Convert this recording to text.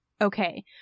Okay